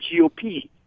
GOP